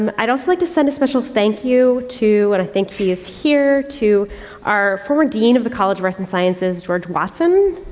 um, i'd also like to send a special thank you to, and but i think he is here, to our former dean of the college of arts and sciences, george watson.